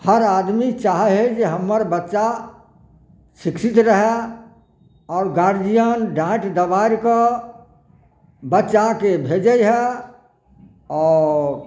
हर आदमी चाहै हइ जे हमर बच्चा शिक्षित रहै आओर गार्जिअन डाँट डबारिकऽ बच्चाके भेजै हइ आओर